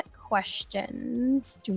questions